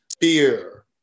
fear